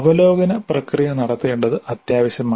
അവലോകന പ്രക്രിയ നടത്തേണ്ടത് അത്യാവശ്യമാണ്